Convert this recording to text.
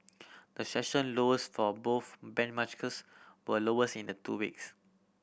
the session lows for both bench maskers were lowest in the two weeks